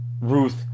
Ruth